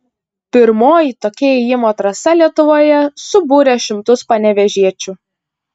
pirmoji tokia ėjimo trasa lietuvoje subūrė šimtus panevėžiečių